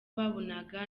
babonaga